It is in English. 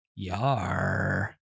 Yar